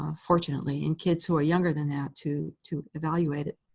ah fortunately, in kids who are younger than that to to evaluate it.